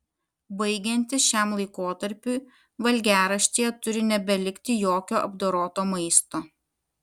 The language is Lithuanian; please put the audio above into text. baigiantis šiam laikotarpiui valgiaraštyje turi nebelikti jokio apdoroto maisto